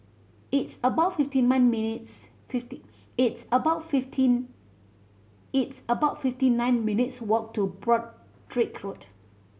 it's about fifty man minutes fifty it's about fifteen it's about fifty nine minutes' walk to Broadrick Road